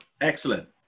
Excellent